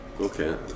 Okay